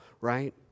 right